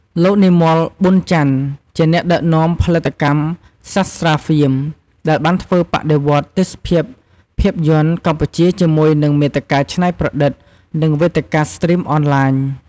លោក និមល ប៊ុនច័ន្ទ ជាអ្នកដឹកនាំផលិតកម្ម សាស្ត្រា ហ្វៀម ដែលបានធ្វើបដិវត្តន៍ទេសភាពភាពយន្តកម្ពុជាជាមួយនឹងមាតិកាច្នៃប្រឌិត និងវេទិកាស្ទ្រីមអនឡាញ។